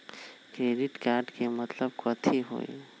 Credit card के मतलब कथी होई?